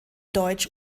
deutsch